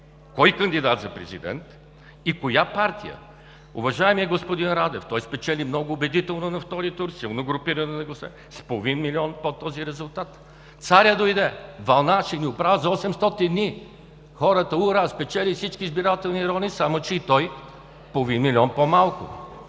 кой кандидат за президент и коя партия? Уважаемият господин Радев спечели много убедително на втори тур, силно групиране на гласове – с половин милион под този резултат. Царят дойде – вълна, ще ни оправя за 800 дни! Хората: „Ура!“, спечели във всички избирателни райони. Само че и той – половин милион по-малко.